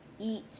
eat